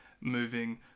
moving